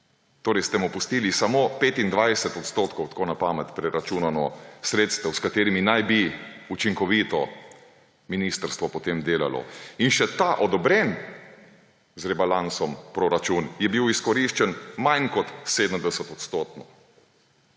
Torej ste mu pustili samo 25 %, tako na pamet preračunano, sredstev, s katerimi naj bi potem ministrstvo učinkovito delalo. In še ta, odobren z rebalansom proračuna, je bil izkoriščen manj kot 70-odstotno.